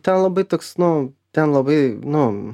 ten labai toks nu ten labai nu